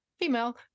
female